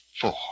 Four